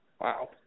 Wow